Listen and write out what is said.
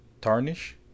Tarnish